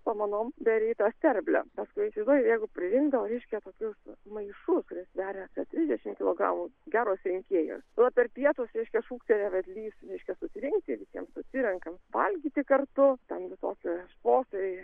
samanom beri į tą sterblę bet jeigu įsivaizduoji jeigu pririnkdavo reiškia tokius maišus sveria apie trisdešimt kilogramų geros rinkėjos nu per pietus reiškia šūkteli vedlys reiškia susirinkti visiems susirenkam valgyti kartu ten visokie šposai